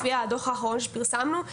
לפי הדו"ח האחרון שפרסמנו,